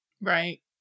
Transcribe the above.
Right